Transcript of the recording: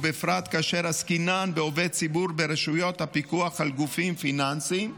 ובפרט כאשר עסקינן בעובד ציבור ברשויות הפיקוח על גופים פיננסיים.